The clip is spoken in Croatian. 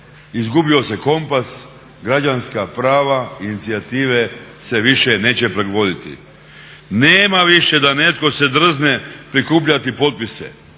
Izgubio se kompas, građanska prava i inicijative se više neće provoditi. Nema više da netko se drzne prikupljati potpise,